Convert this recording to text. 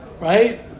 Right